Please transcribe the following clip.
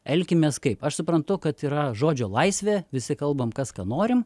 elkimės kaip aš suprantu kad yra žodžio laisvė visi kalbam kas ką norim